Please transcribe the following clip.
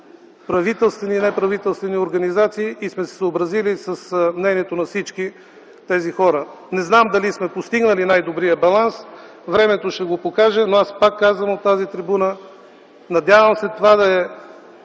правителствени, и на неправителствени организации. Съобразили сме се с мнението на всички тези хора. Не знам дали сме постигнали най-добрия баланс. Времето ще го покаже, но аз пак от тази трибуна казвам, че се